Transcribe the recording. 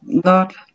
God